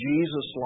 Jesus